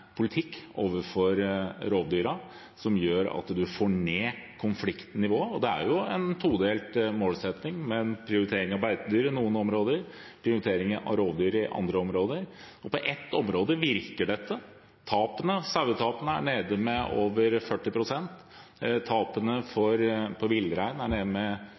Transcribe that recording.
politikk overfor rovdyrene som gjør at man får ned konfliktnivået. Det er jo en todelt målsetting, med prioritering av beitedyr i noen områder og prioritering av rovdyr i andre områder. På ett område virker dette – sauetapene er gått ned med over 40 pst., og tapene av villrein er gått ned med